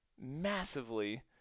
massively